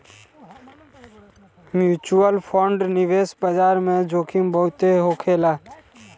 mutual fund निवेश बाजार में जोखिम बहुत होखेला